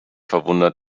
verwundert